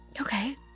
okay